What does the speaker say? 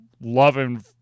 loving